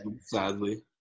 sadly